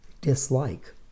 dislike